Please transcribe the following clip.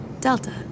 Delta